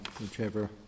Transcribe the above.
whichever